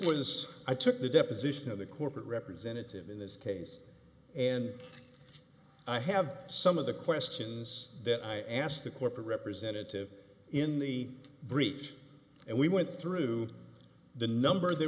was i took the deposition of the corporate representative in this case and i have some of the questions that i asked the corporate presented to in the brief and we went through the number the